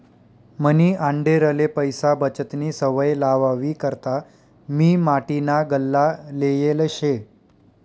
मनी आंडेरले पैसा बचतनी सवय लावावी करता मी माटीना गल्ला लेयेल शे